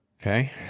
okay